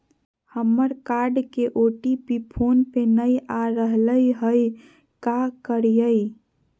हमर कार्ड के OTP phone पे नई आ रहलई हई, का करयई?